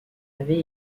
avait